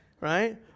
right